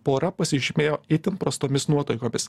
pora pasižymėjo itin prastomis nuotaikomis